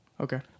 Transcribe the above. Okay